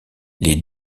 les